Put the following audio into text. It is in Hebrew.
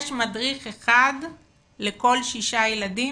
יש מדריך אחד לכל שישה ילדים?